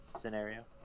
scenario